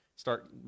Start